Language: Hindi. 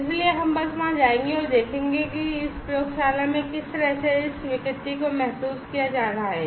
इसलिए हम बस वहां जाएंगे और देखेंगे कि इस प्रयोगशाला में किस तरह से इस विकृति को महसूस किया जा रहा है